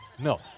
No